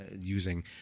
using